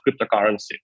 cryptocurrency